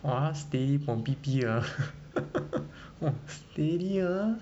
!wah! 他 steady bom pi pi ah !wah! steady ah